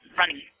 running